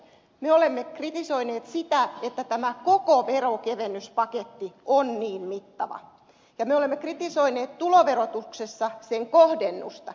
me olemme kritisoineet sitä että tämä koko veronkevennyspaketti on niin mittava ja me olemme kritisoineet tuloverotuksessa sen kohdennusta